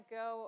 go